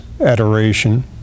adoration